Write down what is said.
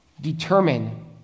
Determine